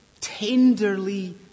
tenderly